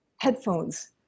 headphones